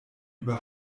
über